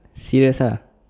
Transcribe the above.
C S ah